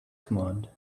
command